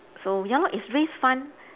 so ya lor is raise fund